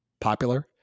popular